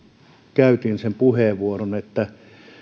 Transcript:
käytin sellaisen puheenvuoron että